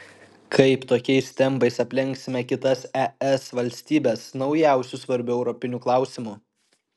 kaip tokiais tempais aplenksime kitas es valstybes naujausiu svarbiu europiniu klausimu